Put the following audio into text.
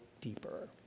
deeper